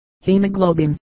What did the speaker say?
Hemoglobin